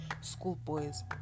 schoolboys